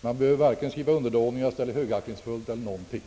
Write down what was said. Man behöver varken skriva underdånigst, högaktningsfullt eller någonting